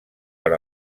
per